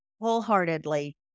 wholeheartedly